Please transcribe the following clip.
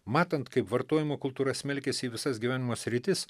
matant kaip vartojimo kultūra smelkiasi į visas gyvenimo sritis